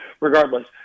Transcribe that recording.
Regardless